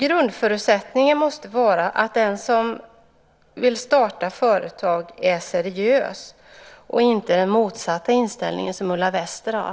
Grundförutsättningen måste vara att den som vill starta företag är seriös, och inte den motsatta inställningen, som Ulla Wester har.